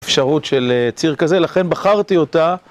אפשרות של ציר כזה, לכן בחרתי אותה